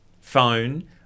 Phone